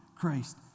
Christ